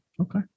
okay